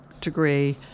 degree